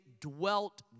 dwelt